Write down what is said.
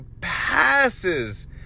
passes